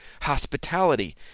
Hospitality